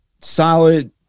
solid